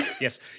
Yes